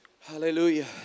Hallelujah